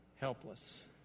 helpless